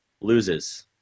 loses